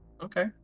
Okay